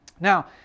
Now